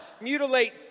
Mutilate